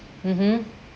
mmhmm